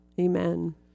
Amen